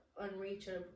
unreachable